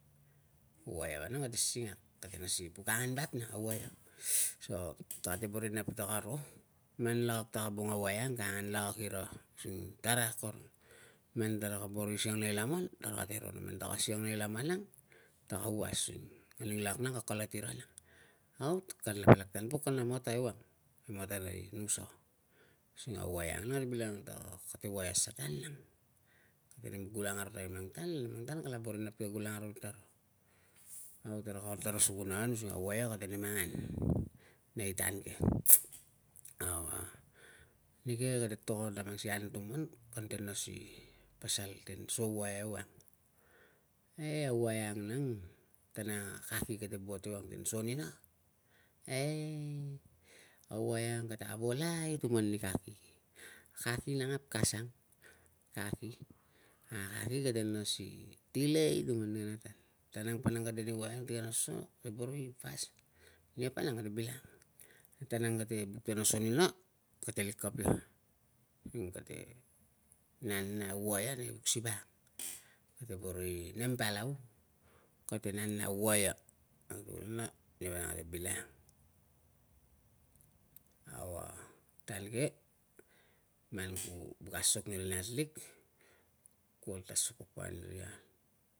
Waia vanang kate singak, kate nas ni buk angan vap nang na waia, so tarate boro inap ti taka ro, man lakak taka bung a waia ang ka angan lakak ira. Using tara akorong, man taraka boro i siang nei laman tarate ro na man taka siang nei laman ang taka was using nganing lak nang ka kalat ira nang out kanla palak tan pok kana mata ewang e matana i nusa, using a waia anga kate bilangang ta kate waia satan nang, kate nem gulang aromat tapai ti mang tan na mang tan kala boro inap ti ka gulang ve tara. Au taraka ol tanguan sukun an using a waia kate nem angan nei tan ke. Au nike kate tokon mang sikei a anutuman kante nas ni pasal tin so waia ewang, e waia ang nang tan ang a kaki kate buat ewang tin so nina e a waia ang kata avolai tuman ni kaki, kaki nang hapkas ang kaki. A kaki kate nas ni delay tuman ni kana tan. Tan ang pa ka de ni waia ang ti kana so kate boro i fast, nia pa nang kate bilangang na tan ang, na tan ang kate buk ti kana so nina kate likap ia using kate nana waia nang nei vuk siva ang. Kate boro i nem palau kate nana waia, na tukulina nia vanang kate bilangang. Au a tan ke man ku buuk asok ni ri nat lik, ku ol ta sok papa niria an.